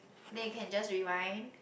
then you can just rewind